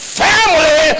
family